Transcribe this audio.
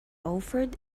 offered